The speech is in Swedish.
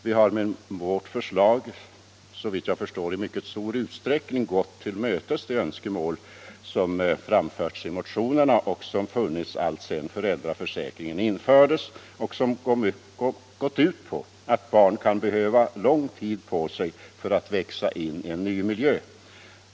Vi har med vårt förslag såvitt jag förstår i mycket stor utsträckning gått till mötes de önskemål som framförts i motionerna och som funnits alltsedan föräldraförsäkringen infördes — önskemål som gått ut på att barn kan behöva lång tid på sig att växa in i en ny miljö.